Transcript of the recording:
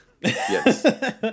Yes